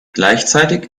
gleichzeitig